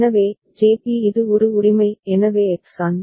எனவே JB இது ஒரு உரிமை எனவே X An